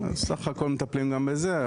בסך הכול מטפלים גם בזה,